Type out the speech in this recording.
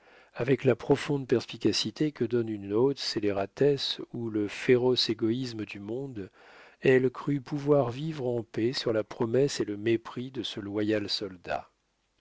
avec la profonde perspicacité que donne une haute scélératesse ou le féroce égoïsme du monde elle crut pouvoir vivre en paix sur la promesse et le mépris de ce loyal soldat